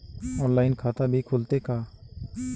Online खाता भी खुलथे का?